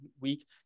week